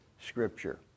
scripture